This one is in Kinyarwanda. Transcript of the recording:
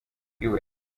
iwe